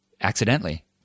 accidentally